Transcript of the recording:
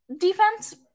defense